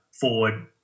forward